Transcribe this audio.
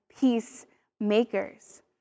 peacemakers